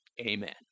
Amen